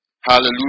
Hallelujah